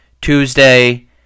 Tuesday